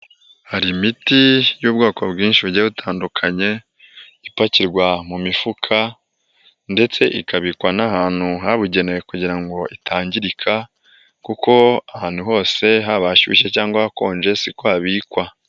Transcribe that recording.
Hari imiti y'ubwoko bwinshi bugiye butandukanye, ipakirwa mu mifuka ndetse ikabikwa n'ahantu habugenewe kugira ngo itangirika, kuko ahantu hose haba hashyushye cyangwa hakonje siko habikwa.